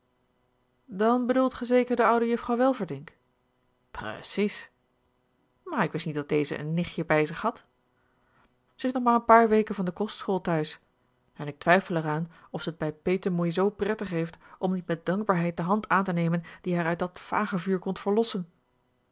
dan bedoelt gij zeker de oude juffrouw welverdinck precies maar ik wist niet dat deze een nichtje bij zich had zij is nog maar een paar weken van de kostschool thuis en ik twijfel er aan of zij het bij petemoei zoo prettig heeft om niet met dankbaarheid de hand aan te nemen die haar uit dat vagevuur komt verlossen